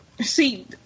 see